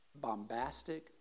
bombastic